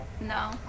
no